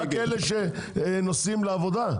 מגיע רק לאלה שנוסעים לעבודה?